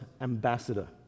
ambassador